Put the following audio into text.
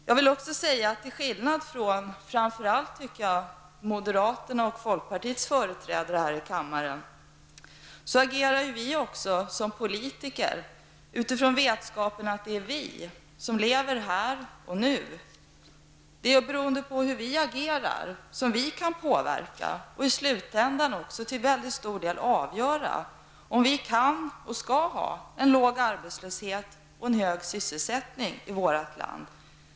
Jag vill också säga att till skillnad från moderaternas och folkpartiets företrädare här i kammaren agerar vi som politiker utifrån vetskapen att det är vi som lever här och nu som kan påverka och i slutändan till stor del avgöra om vi kan och skall ha en låg arbetslöshet och en hög sysselsättning i vårt land.